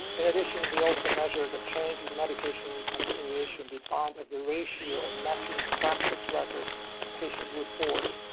in addition, we also measured the change in medication reconciliation, defined as the ratio of matching practice records and patient reports,